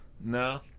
No